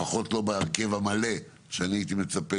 לפחות לא בהרכב המלא שאני הייתי מצפה